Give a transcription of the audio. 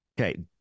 Okay